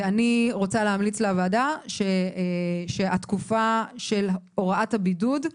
אני רוצה להמליץ לוועדה שהתקופה של הוראת הבידוד,